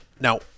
now